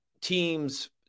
teams